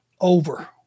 over